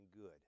good